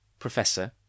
Professor